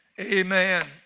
Amen